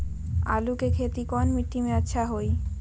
आलु के खेती कौन मिट्टी में अच्छा होइ?